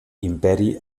imperi